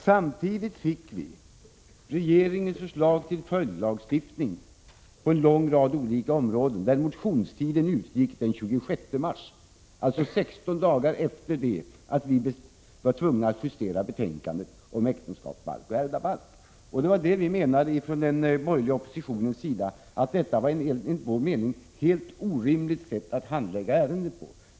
Samtidigt fick vi regeringens förslag till följdlagstiftning på en lång rad olika områden, och där utgick motionstiden den 26 mars, alltså 16 dagar efter det att vi var tvungna att justera betänkandet om äktenskapsbalk och ärvdabalk. Från den borgerliga oppositionen menade vi att detta var ett helt orimligt sätt att handlägga ärendet på.